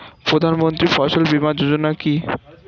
প্রধানমন্ত্রী ফসল বীমা যোজনা কি?